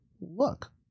look